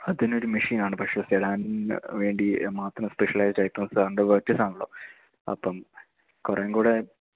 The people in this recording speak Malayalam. അതിനൊരു മെഷിനാണ് പക്ഷേ സെഡാനിന് വേണ്ടി മാത്രം സ്പെഷ്യലായിട്ട് ഇപ്പോള് സാറിൻ്റെ വെർട്ടിസ് ആണല്ലോ അപ്പം കുറെക്കൂടെ